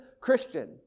christian